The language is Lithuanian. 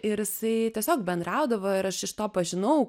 ir jisai tiesiog bendraudavo ir aš iš to pažinau